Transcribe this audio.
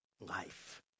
life